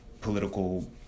political